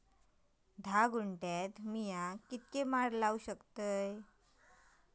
धा गुंठयात मी किती माड लावू शकतय?